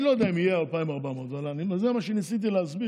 אני לא יודע אם יהיו 2,400. זה מה שניסיתי להסביר: